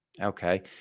Okay